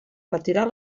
retirar